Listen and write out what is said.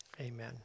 amen